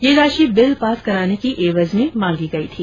ये राशि bill pass करने की एवज में मांगी गई थी